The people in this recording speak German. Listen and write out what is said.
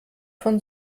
von